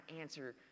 answer